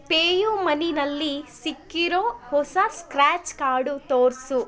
ಪೇಯುಮನಿಯಲ್ಲಿ ಸಿಕ್ಕಿರೋ ಹೊಸ scratch card ತೋರಿಸು